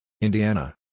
Indiana